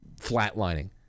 flatlining